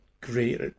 great